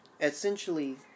essentially